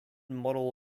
model